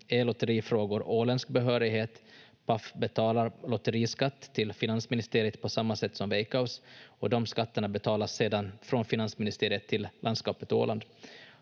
lotterifrågor åländsk behörighet. Paf betalar lotteriskatt till finansministeriet på samma sätt som Veikkaus, och de skatterna betalas sedan från finansministeriet till landskapet Åland.